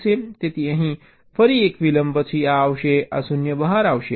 તેથી અહીં ફરી એક વિલંબ પછી આ આવશે આ 0 બહાર આવશે